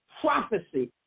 prophecy